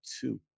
two